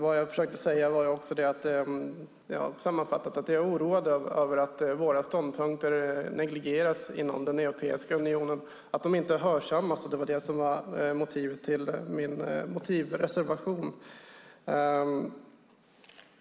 Vad jag försökte säga var också, sammanfattat, att jag är oroad över att våra ståndpunkter negligeras inom Europeiska unionen, att de inte hörsammas. Det var det som var motivet till min motivreservation.